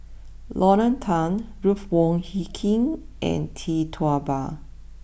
Lorna Tan Ruth Wong Hie King and Tee Tua Ba